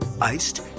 iced